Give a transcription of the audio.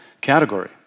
category